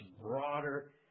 broader